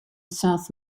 south